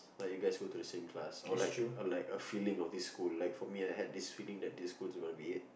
like you guys go to the same class or like or like a feeling of this school like for me I had this feeling that this school is going to be it